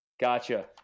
Gotcha